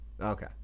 okay